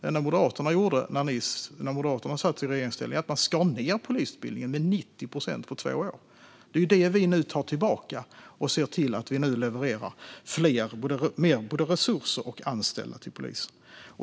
Det enda Moderaterna gjorde när Moderaterna satt i regeringsställning var att skära ned polisutbildningen med 90 procent på två år. Det är det vi nu tar tillbaka, och vi ser till att leverera fler resurser och anställda till polisen.